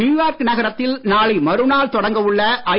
New York நகரத்தில் நாளை மறுநாள் தொடங்க உள்ள ஐ